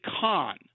con